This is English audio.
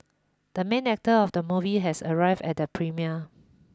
the main actor of the movie has arrived at the premiere